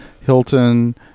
Hilton